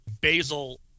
basal